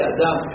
Adam